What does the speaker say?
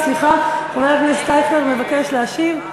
חבר הכנסת אייכלר מבקש להשיב.